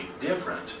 different